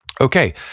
Okay